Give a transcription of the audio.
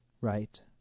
right